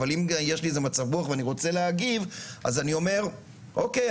אבל אם יש לי מצב-רוח ואני רוצה להגיב אני אומר: אוקיי,